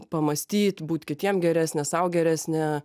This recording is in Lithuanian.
pamąstyt būt kitiem geresnia sau geresnia